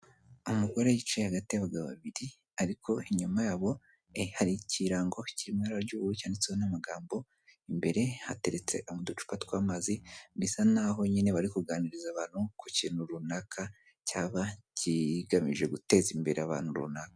Umugore yicaye hagati y'abagabo babiri ariko inyuma yabo hari ikirango kiri mu ibara ry'ubuhu cyanditse n'amagambo, imbere hateretse uducupa tw'amazi bisa nk'aho nyine bari kuganiriza abantu ku kintu runaka cyaba kigamije guteza imbere abantu runaka.